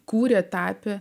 kūrė tapė